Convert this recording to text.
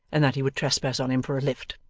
and that he would trespass on him for a lift.